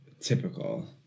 typical